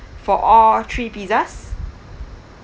for all three pizzas